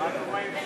מה קורה עם ש"ס?